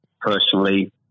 personally